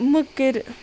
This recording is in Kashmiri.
مٕکٕر